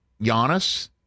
Giannis